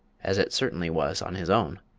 as it certainly was on his own.